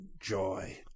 joy